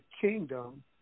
kingdom